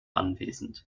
anwesend